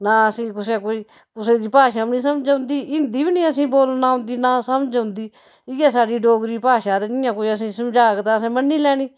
नां असें कुसै कोई कुसै दी भाशा बी नी समझ औंदी हिंदी बी नी असें बोलना औंदी नां समझ औंदी इ'यै साढ़ी डोगरी भाशा ते जियां कोई असें समझाग तां असें मन्नी लैनी